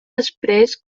després